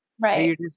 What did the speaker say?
Right